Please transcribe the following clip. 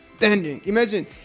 Imagine